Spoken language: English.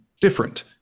different